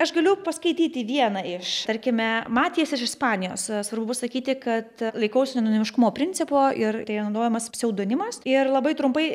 aš galiu paskaityti vieną iš tarkime matijas iš ispanijos svarbu pasakyti kad laikausi anonimiškumo principo ir tai naudojamas pseudonimas ir labai trumpai